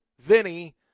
Vinny